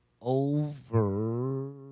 over